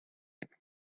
tres